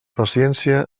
paciència